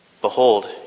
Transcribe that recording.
behold